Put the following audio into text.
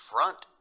Front